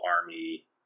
army